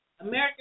American